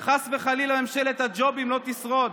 שחס וחלילה ממשלת הג'ובים לא תשרוד.